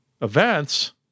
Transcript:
events